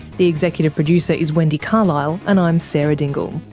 the executive producer is wendy carlisle, and i'm sarah dingle.